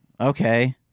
Okay